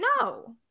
No